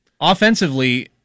Offensively